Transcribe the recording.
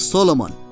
Solomon